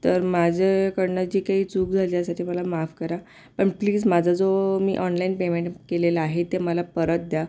तर माझ्याकडनं जी काही चूक झाली असेल तर मला माफ करा पण प्लीज माझा जो मी ऑनलाईन पेमेंट केलेलं आहे ते मला परत द्या